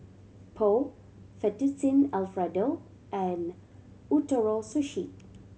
Pho Fettuccine Alfredo and Ootoro Sushi